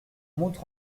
montre